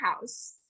house